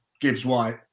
Gibbs-White